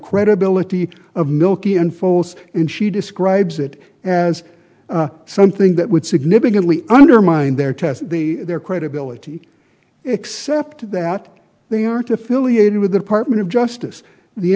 credibility of milky unfolds and she describes it as something that would significantly undermine their test their credibility except that they aren't affiliated with the department of justice the